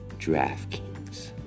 DraftKings